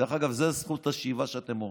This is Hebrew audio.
דרך אגב, זו זכות השיבה שאתם אומרים.